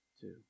two